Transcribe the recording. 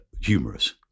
humorous